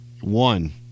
one